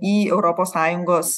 į europos sąjungos